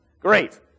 Great